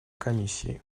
комиссии